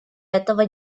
этого